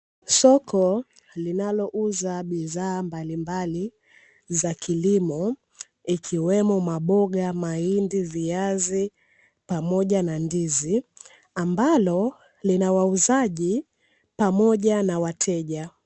Soko linalouza bidhaa mbalimbali za kilimo ikiwemo: maboga, mahindi, viazi pamoja na ndizi; ambalo lina wauzaji pamoja na wateja.